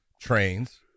trains